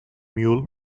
mule